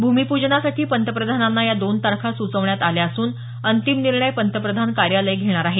भूमिपूजनासाठी पंतप्रधानांना या दोन तारखा सूचवण्यात आल्या असून अंतिम निर्णय पंतप्रधान कार्यालय घेणार आहे